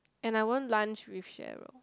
and I won't lunch with Cheryl